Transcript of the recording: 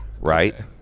right